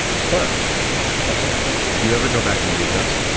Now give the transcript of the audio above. it's fun sometimes fun do you ever go back and read those?